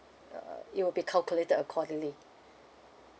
uh it will be calculated accordingly